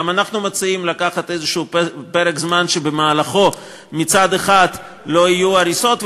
גם אנחנו מציעים לקחת פרק זמן כלשהו שבמהלכו מצד אחד לא יהיו הריסות,